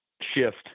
shift